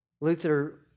Luther